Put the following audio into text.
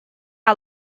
our